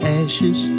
ashes